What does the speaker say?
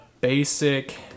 basic